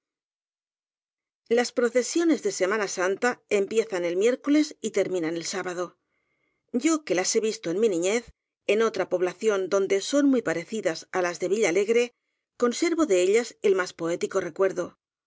las procesiones de semana santa empiezan el miércoles y terminan el sábado yo que las he visto en mi niñez en otra población donde son muy pa recidas á las de villalegre conservo de ellas el más poético recuerdo